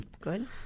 Good